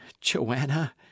Joanna